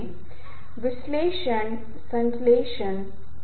जिस तरह से हम चीजों को समझते हैं उसमें ध्वनि बहुत महत्वपूर्ण भूमिका निभाता है